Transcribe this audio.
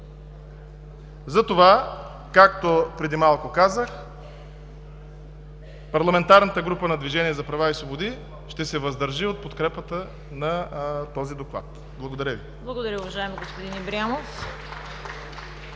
Затова, както преди малко казах, парламентарната група на „Движение за права и свободи“ ще се въздържи от подкрепата на този Доклад. Благодаря Ви. (Ръкопляскания от